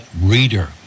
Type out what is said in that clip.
reader